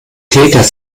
täter